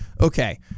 Okay